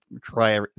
try